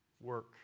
work